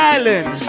Island